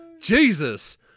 Jesus